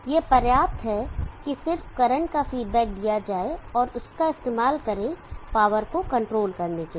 यह पर्याप्त है की सिर्फ करंट का फीडबैक दिया जाए और उसका इस्तेमाल करें पावर को कंट्रोल करने के लिए